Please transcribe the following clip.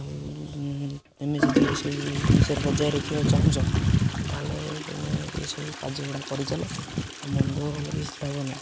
ଆଉ ତୁମେ ଯଦି ଏସବୁ ବିଷୟରେ ବଜାୟ ରଖିବାକୁ ଚାହୁଁଛ ତାହେଲେ ତମେ ଏସବୁ କାର୍ଯ୍ୟ ଗୁଡ଼ା କରିଚାଲ ଆଉ ମନଦୁଃଖ କଲେ କିଛି ଲାଭ ନାହିଁ